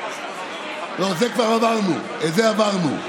חבר הכנסת מיקי לוי, האם בנורבגיה